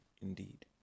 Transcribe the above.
indeed